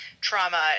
trauma